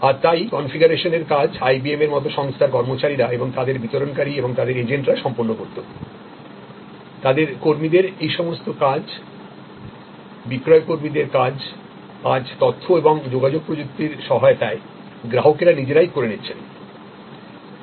আর তাই কনফিগারেশনটির কাজ আইবিএমের মতো সংস্থার কর্মচারীরা এবং তাদের বিতরণকারী এবং তাদের এজেন্টরা সম্পন্ন করতো তাদের কর্মীদের এই সমস্ত কাজ বিক্রয় কর্মচারীর কাজ আজতথ্য এবং যোগাযোগ প্রযুক্তির সহায়তায়গ্রাহকেরা নিজেরাই করে নিচ্ছেন